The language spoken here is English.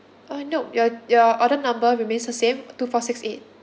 uh nope your your order number remains the same two four six eight